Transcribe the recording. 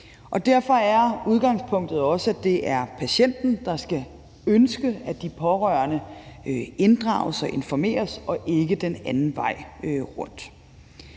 Derfor er udgangspunktet også, at det er patienten, der skal ønske, at de pårørende inddrages og informeres, og ikke den anden vej rundt.